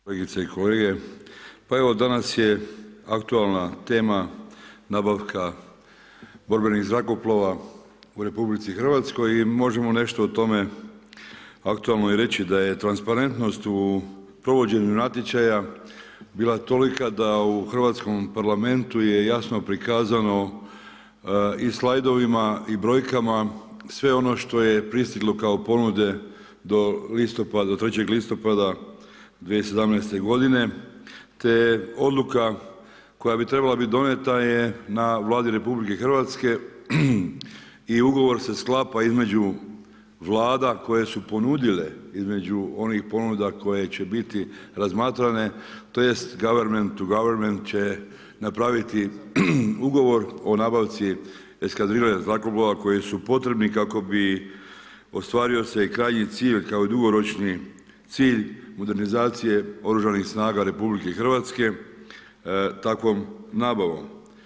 Kolegice i kolege, pa evo danas je aktualna tema nabavka borbenih zrakoplova u RH i možemo nešto o tome aktualno i reći da je transparentnost u provođenju natječaja bila tolika da u hrvatskom Parlamentu je jasno prikazano i slajdovima i brojkama sve ono što je pristiglo kao ponude do 3. listopada 2017. godine, te je odluka koja bi trebala biti donijeta je na Vladi RH i ugovor se sklapa između vlada koje su ponudile, između onih ponuda koje će biti razmatrane tj. goverment to goverment će napraviti ugovor o nabavci eskadrile zrakoplova koji su potrebni kako bi ostvario se krajnji cilj kao dugoročni cilj modernizacije oružanih snaga RH takvom nabavom.